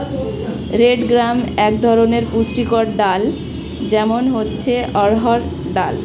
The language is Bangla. রেড গ্রাম এক ধরনের পুষ্টিকর ডাল, যেমন হচ্ছে অড়হর ডাল